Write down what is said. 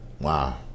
Wow